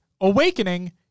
Awakening